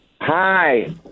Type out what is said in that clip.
Hi